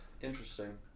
Interesting